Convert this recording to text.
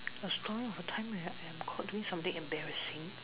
a story of a time I am caught doing something embarrassing